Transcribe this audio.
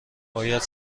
باید